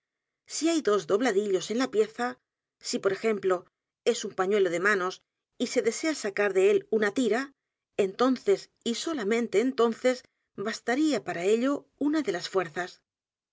si hay dos dobladillos en la pieza si por ejemplo es un pañuelo de manos y se desea sacar de él una tira entonces y solamente entonces bastaría para ello una de las fuerzas